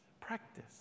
practice